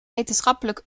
wetenschappelijk